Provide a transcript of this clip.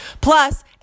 Plus